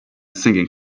singing